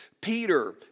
Peter